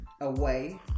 away